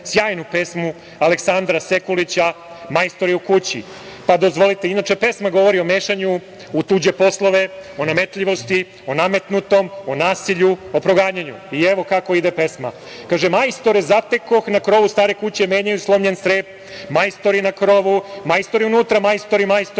sjajnu pesmu Aleksandra Sekulića "Majstori u kući". Inače, pesma govori o mešanju u tuđe poslove, o nametljivosti, o nametnutom, o nasilju, o proganjanju. Evo kako ide pesma: "Majstore zatekoh na krovu stare kuće, menjaju slomljen crep, majstori na krovu, majstori unutra, majstori, majstori,